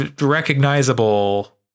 recognizable